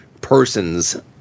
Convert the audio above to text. person's